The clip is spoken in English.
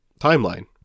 timeline